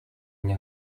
mně